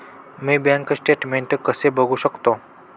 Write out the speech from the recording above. मी bank statement कसे बघू शकतो?